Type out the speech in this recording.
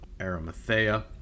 Arimathea